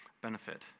benefit